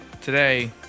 today